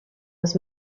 was